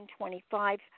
1925